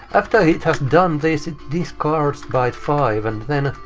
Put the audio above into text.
after it has done this it discards byte five and then.